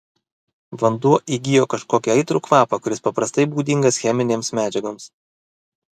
vanduo įgijo kažkokį aitrų kvapą kuris paprastai būdingas cheminėms medžiagoms